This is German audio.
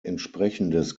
entsprechendes